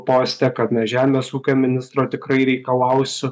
poste kad ne žemės ūkio ministro tikrai reikalausiu